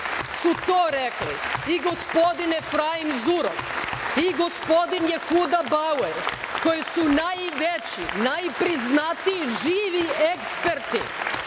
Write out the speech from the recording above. su to rekli i gospodin Efraim Zurof i gospodin Jehuda Bauer, koji su najveći, najpriznatiji živi eksperti